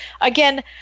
again